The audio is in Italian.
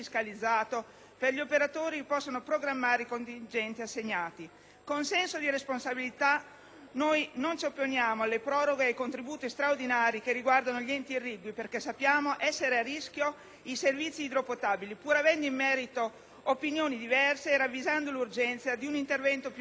perché gli operatori possano programmare i contingenti assegnati. Con senso di responsabilità non ci opponiamo alle proroghe e ai contributi straordinari che riguardano gli enti irrigui, perché sappiamo essere a rischio i servizi idropotabili, pur avendo in merito opinioni diverse e ravvisando l'urgenza di un intervento più strutturale.